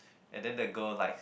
and then the girl like